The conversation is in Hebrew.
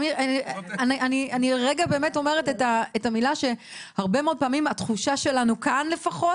אני רגע באמת אומרת את המילה שהרבה מאוד פעמים התחושה שלנו כאן לפחות,